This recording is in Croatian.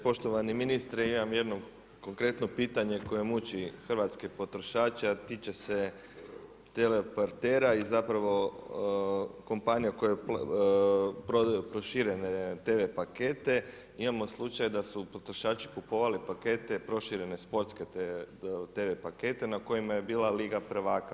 Poštovani ministre, imam jedno konkretno pitanje koje muči hrvatske potrošače a tiče se teleoperatera i zapravo kompanija koja je prodaju proširene tele pakete, imamo slučaju da su potrošači kupovali pakete proširene sportske tv pakete na kojima je bila Liga prvaka.